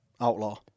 outlaw